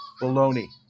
bologna